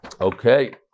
okay